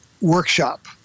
workshop